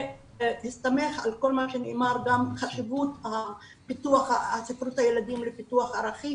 בהסתמך על כל מה שנאמר גם חשיבות פיתוח ספרות הילדים לפיתוח ערכים